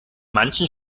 manchen